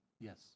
Yes